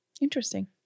Interesting